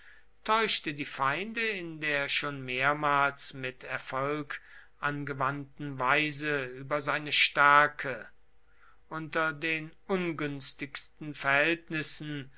täuschte die feinde in der schon mehrmals mit erfolg angewandten weise über seine stärke unter den ungünstigsten verhältnissen